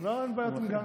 לא, אין בעיות עם גנץ.